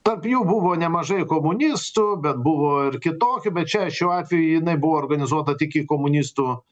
tarp jų buvo nemažai komunistų bet buvo ir kitokių bet čia šiuo atveju jinai buvo organizuota tik į komunistų